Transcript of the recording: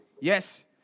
Yes